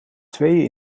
tweeën